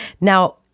Now